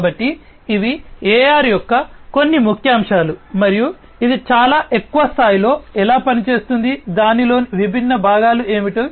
కాబట్టి ఇవి AR యొక్క కొన్ని ముఖ్యాంశాలు మరియు ఇది చాలా ఎక్కువ స్థాయిలో ఎలా పనిచేస్తుంది దానిలోని విభిన్న భాగాలు ఏమిటి